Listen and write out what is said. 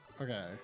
Okay